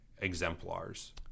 exemplars